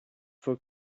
for